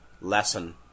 lesson